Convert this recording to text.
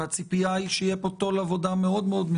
הציפייה היא שתהיה פה תורת לחימה מסודרת